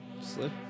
Slip